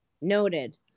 noted